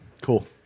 Cool